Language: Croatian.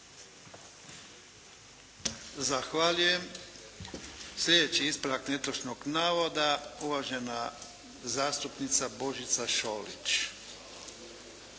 Zahvaljujem. Sljedeći ispravak netočnog navoda uvaženi zastupnik Andrija